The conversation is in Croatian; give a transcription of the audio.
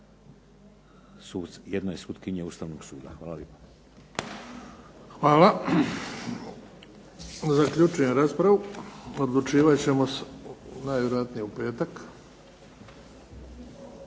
jedne sutkinje Ustavnog suda. Hvala. **Bebić, Luka (HDZ)** Hvala. Zaključujem raspravu. Odlučivat ćemo najvjerojatnije u petak.